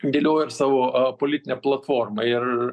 dėlioja ir savo politinę platformą ir